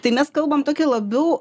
tai mes kalbam tokia labiau